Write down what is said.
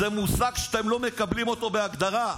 זה מושג שאתם לא מקבלים אותו בהגדרה.